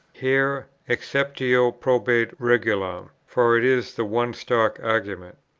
here exceptio probat regulam for it is the one stock argument.